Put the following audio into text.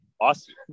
Awesome